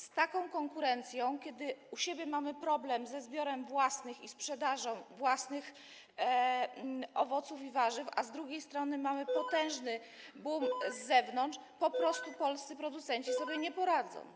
Z taką konkurencją - kiedy u siebie mamy problem ze zbiorem i sprzedażą własnych owoców i warzyw, a z drugiej strony mamy potężny boom z zewnątrz - po prostu polscy producenci sobie nie poradzą.